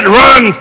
run